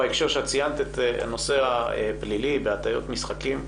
בהקשר שציינת את הנושא הפלילי והטיות משחקים,